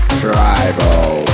tribal